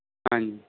ਹਾਂਜੀ